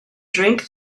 drink